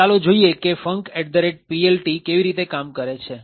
તો ચાલો જોઈએ કે funcPLT કેવી રીતે કામ કરે છે